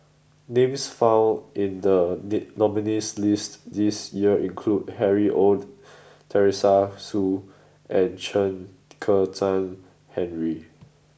names found in the date nominees' list this year include Harry Ord Teresa Hsu and Chen Kezhan Henri